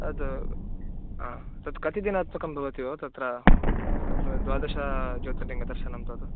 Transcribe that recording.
अद् तत् कति दिनात्मकं भवति भो तत्र ब द्वादश ज्योतिर्लिङ्गदर्शनं तद्